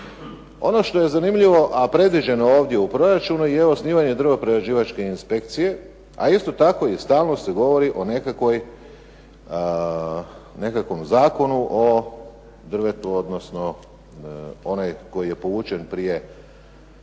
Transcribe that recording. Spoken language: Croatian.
Ono što je zanimljivo, a predviđeno ovdje u proračunu je osnivanje drvo-prerađivačke inspekcije, a isto tako i stalno se govori o nekakvom Zakonu o drvetu odnosno onaj koji je povučen prije